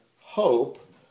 hope